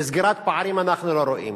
לסגירת פערים אנחנו לא רואים.